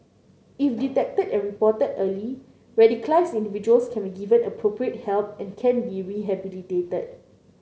if detected and reported early radicalised individuals can be given appropriate help and can be rehabilitated